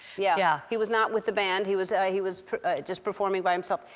yeah, yeah, he was not with the band. he was he was just performing by himself.